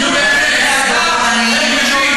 אין סופרים?